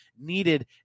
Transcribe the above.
needed